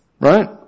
right